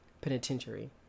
Penitentiary